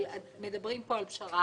אבל, מדברים פה על פשרה